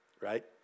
Right